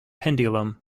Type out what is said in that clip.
pendulum